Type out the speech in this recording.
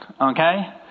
Okay